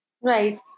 Right